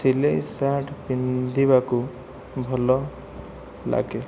ସିଲାଇ ସାର୍ଟ ପିନ୍ଧିବାକୁ ଭଲ ଲାଗେ